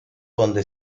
donde